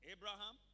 Abraham